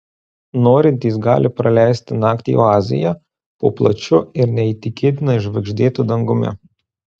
norintys gali praleisti naktį oazėje po plačiu ir neįtikėtinai žvaigždėtu dangumi